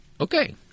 Okay